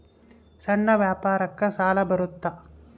ಸಣ್ಣ ವ್ಯಾಪಾರಕ್ಕ ಸಾಲ ಬರುತ್ತಾ?